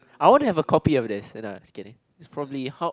I wanna have a copy of this uh no kidding it's probably how